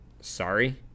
Sorry